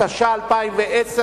התש"ע 2010,